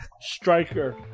Striker